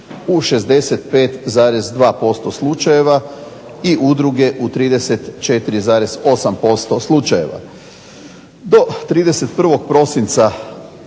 u 65,2% slučajeva, i udruge u 34,8% slučajeva.